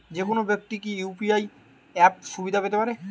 যেকোনো ব্যাক্তি কি ইউ.পি.আই অ্যাপ সুবিধা পেতে পারে?